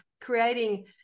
creating